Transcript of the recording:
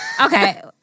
Okay